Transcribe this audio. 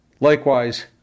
Likewise